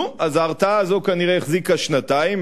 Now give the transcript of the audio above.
נו, אז ההרתעה הזאת כנראה החזיקה שנתיים.